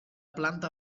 planta